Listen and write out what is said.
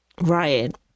Right